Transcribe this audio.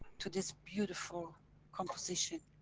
to this beautiful composition.